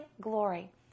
glory